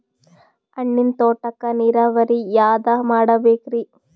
ಹಣ್ಣಿನ್ ತೋಟಕ್ಕ ನೀರಾವರಿ ಯಾದ ಮಾಡಬೇಕ್ರಿ?